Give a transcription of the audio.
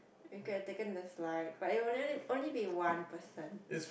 we could have taken the slide but wouldn't it only be one person